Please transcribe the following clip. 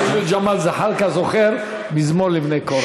חבר הכנסת ג'מאל זחאלקה זוכר, מזמור לבני קורח.